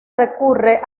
recurre